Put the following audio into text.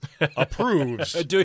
approves